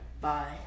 Bye